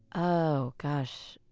oh gosh.